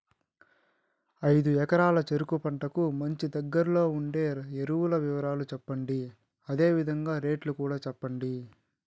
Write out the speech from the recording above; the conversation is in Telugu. ఐదు ఎకరాల చెరుకు పంటకు మంచి, దగ్గర్లో ఉండే ఎరువుల వివరాలు చెప్పండి? అదే విధంగా రేట్లు కూడా చెప్పండి?